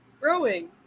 growing